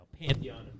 pantheon